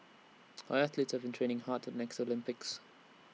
our athletes have been training hard to next Olympics